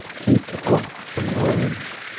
peeped out from the lanes,